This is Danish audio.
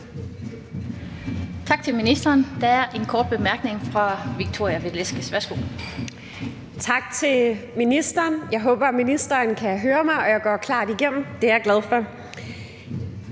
Tak til ministeren. Der er en kort bemærkning fra Victoria Velasquez. Værsgo. Kl. 15:31 Victoria Velasquez (EL): Tak til ministeren. Jeg håber, at ministeren kan høre mig, og at jeg går klart igennem; det er jeg glad for.